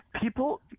people